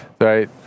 Right